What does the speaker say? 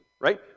right